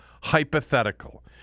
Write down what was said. hypothetical